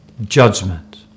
judgment